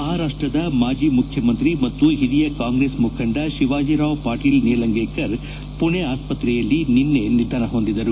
ಮಹಾರಾಷ್ಟದ ಮಾಜಿ ಮುಖ್ಯಮಂತ್ರಿ ಮತ್ತು ಹಿರಿಯ ಕಾಂಗ್ರೆಸ್ ಮುಖಂಡ ಶಿವಾಜರಾವ್ ಪಾಟೀಲ್ ನೀಲಂಗೇಕರ್ ಪುಣೆ ಆಸ್ತ್ರೆಯಲ್ಲಿ ನನ್ನ ನಿಧನ ಹೊಂದಿದರು